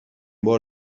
بار